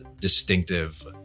distinctive